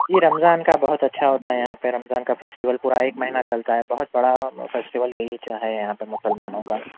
جی رمضان کا بہت اچھا ہوتا ہے یہاں پہ رمضان کا فیسٹول پورا ایک مہینہ چلتا ہے بہت بڑا فیسٹول یہیچ ہے یہاں پر مسلمانوں کا